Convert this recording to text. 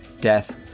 death